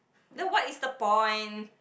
then what is the point